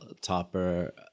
topper